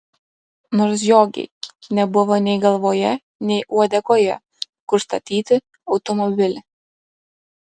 nors žiogei nebuvo nei galvoje nei uodegoje kur statyti automobilį